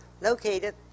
located